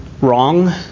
wrong